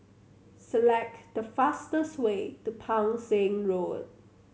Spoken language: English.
select the fastest way to Pang Seng Road